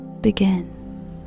begin